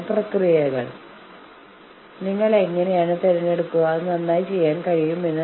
അതുകൊണ്ട് ഒരു പാർട്ടി ജയിക്കുകയും മറ്റേ പാർട്ടി തോൽക്കുകയും ചെയ്യും